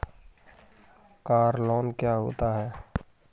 Car loan क्या होता है?